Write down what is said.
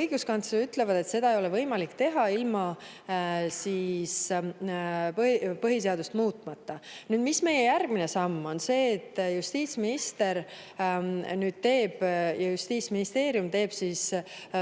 õiguskantsler ütlevad, et seda ei ole võimalik teha ilma põhiseadust muutmata. Mis meie järgmine samm on? See, et justiitsminister, Justiitsministeerium teeb